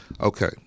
Okay